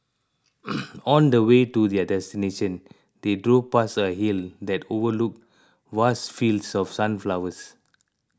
on the way to their destination they drove past a hill that overlooked vast fields of sunflowers